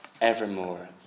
evermore